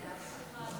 שבו במקומותיכם.